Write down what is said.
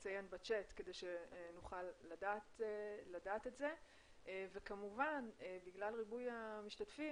שיציין בצ'ט כדי שנוכל לדעת את זה וכמובן בגלל ריבוי המשתתפים